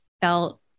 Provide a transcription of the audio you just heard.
felt